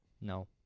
No